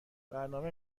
برنامه